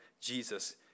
Jesus